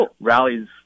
rallies